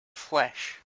flesh